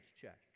check